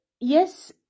yes